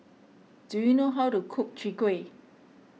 do you know how to cook Chwee Kueh